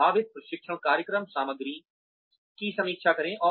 संभावित प्रशिक्षण कार्यक्रम सामग्री की समीक्षा करें